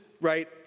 right